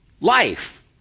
life